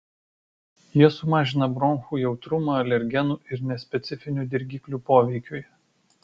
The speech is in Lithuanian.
jie sumažina bronchų jautrumą alergenų ir nespecifinių dirgiklių poveikiui